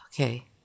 Okay